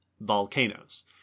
volcanoes